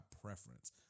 preference